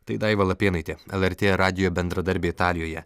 tai daiva lapėnaitė lrt radijo bendradarbė italijoje